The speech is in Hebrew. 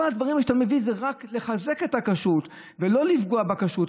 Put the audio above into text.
כל הדברים האלה שאתה מביא הם רק לחזק את הכשרות ולא לפגוע בכשרות.